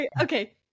Okay